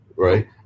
Right